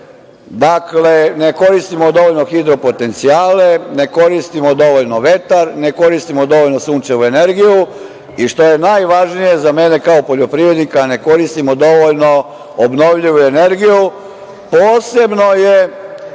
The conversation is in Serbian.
dakle ne koristimo dovoljno hidropotencijale, ne koristimo dovoljno vetar, ne koristimo dovoljno sunčevu energiju i što je najvažnije, za mene kao poljoprivrednika, ne koristimo dovoljno obnovljivu energiju, posebno je